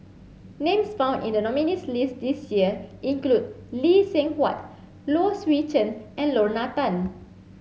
names found in the nominees' list this year include Lee Seng Huat Low Swee Chen and Lorna Tan